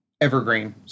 evergreen